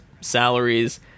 salaries